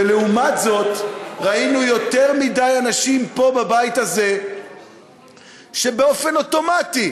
ולעומת זאת ראינו יותר מדי אנשים פה בבית הזה שבאופן אוטומטי